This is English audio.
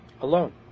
alone